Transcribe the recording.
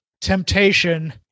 temptation